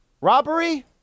Robbery